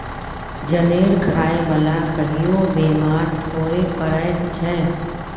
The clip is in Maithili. जनेर खाय बला कहियो बेमार थोड़े पड़ैत छै